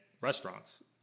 restaurants